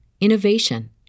innovation